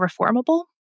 reformable